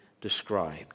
described